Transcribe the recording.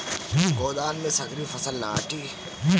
गोदाम में सगरी फसल ना आटी